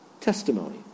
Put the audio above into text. testimony